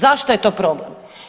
Zašto je to problem?